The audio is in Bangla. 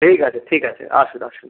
ঠিক আছে ঠিক আছে আসেন আসেন